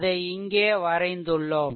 அதை இங்கே வரைந்துள்ளோம்